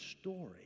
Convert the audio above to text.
story